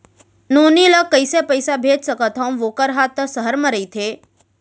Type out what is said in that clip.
नोनी ल कइसे पइसा भेज सकथव वोकर हा त सहर म रइथे?